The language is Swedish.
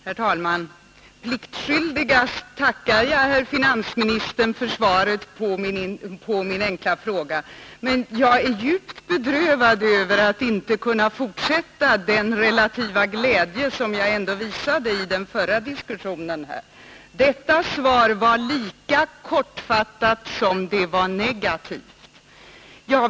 Herr talman! Pliktskyldigast tackar jag herr finansministern för svaret på min enkla fråga, men jag är djupt bedrövad över att inte kunna fortsätta att visa den relativa glädje som jag ändå visade vid den förra diskussionen. Detta svar är lika kortfattat som negativt.